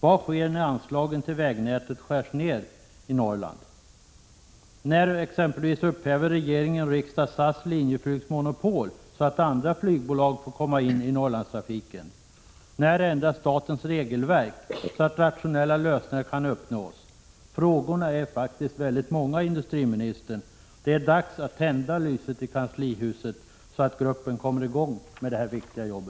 Vad sker när anslagen till vägnätet i Norrland skärs ned? När, exempelvis, upphäver regering och riksdag SAS och Linjeflygs monopol, så att andra flygbolag får komma in i Norrlandstrafiken? När ändras statens regelverk så att rationella lösningar kan uppnås? Frågorna är faktiskt väldigt många, industriministern. Det är dags att tända lyset i kanslihuset, så att gruppen kommer i gång med detta viktiga jobb.